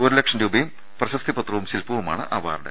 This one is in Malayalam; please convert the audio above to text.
ഒരുലക്ഷം രൂപയും പ്രശസ്തിപത്രവും ശില്പവുമാണ് അവാർഡ്